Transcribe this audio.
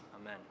amen